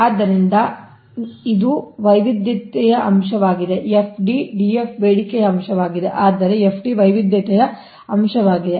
ಆದ್ದರಿಂದ ಅದು ನಿಮ್ಮ ವೈವಿಧ್ಯತೆಯ ಅಂಶವಾಗಿದೆ FD DF ಬೇಡಿಕೆಯ ಅಂಶವಾಗಿದೆ ಆದರೆ FD ವೈವಿಧ್ಯತೆಯ ಅಂಶವಾಗಿದೆ